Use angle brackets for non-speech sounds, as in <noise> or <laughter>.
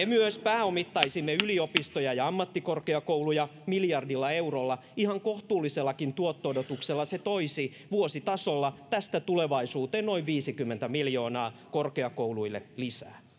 <unintelligible> myös pääomittaisimme yliopistoja ja ammattikorkeakouluja miljardilla eurolla ihan kohtuullisellakin tuotto odotuksella se toisi vuositasolla tästä tulevaisuuteen noin viisikymmentä miljoonaa korkeakouluille lisää